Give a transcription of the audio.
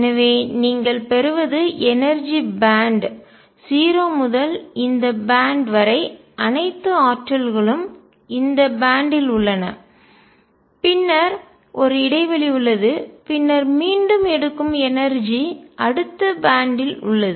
எனவே நீங்கள் பெறுவது எனர்ஜி பேன்ட் ஆற்றல் பட்டை 0 முதல் இந்த பேன்ட் பட்டை வரை அனைத்து ஆற்றல்களும் இந்த பேன்ட் பட்டை ல் உள்ளன பின்னர் ஒரு இடைவெளி உள்ளது பின்னர் மீண்டும் எடுக்கும் எனர்ஜிஆற்றல் அடுத்த பேன்ட் பட்டை ல் உள்ளது